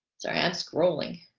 so ask rolling